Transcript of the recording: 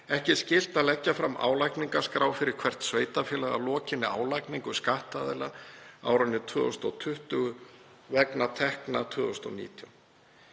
ekki skylt að leggja fram álagningarskrá fyrir hvert sveitarfélag að lokinni álagningu skattaðila á árinu 2020 vegna tekna 2019.